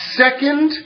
second